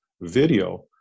video